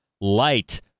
light